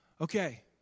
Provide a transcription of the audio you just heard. Okay